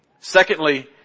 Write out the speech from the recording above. Secondly